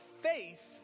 faith